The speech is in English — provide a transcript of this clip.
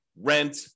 rent